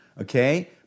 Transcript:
okay